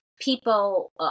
people